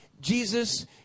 Jesus